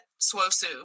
Swosu